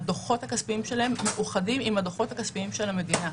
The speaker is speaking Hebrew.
הדוחות הכספיים שלהם מאוחדים עם הדוחות הכספיים של המדינה.